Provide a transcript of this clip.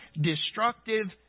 destructive